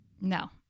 No